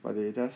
but they just